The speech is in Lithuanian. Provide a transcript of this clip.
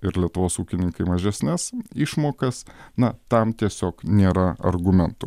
ir lietuvos ūkininkai mažesnes išmokas na tam tiesiog nėra argumentų